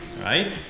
right